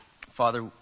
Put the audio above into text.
Father